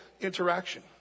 interaction